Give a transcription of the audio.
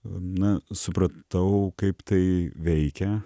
na supratau kaip tai veikia